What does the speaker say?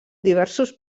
diversos